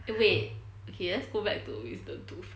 eh wait okay let's go back to wisdom tooth